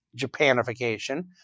Japanification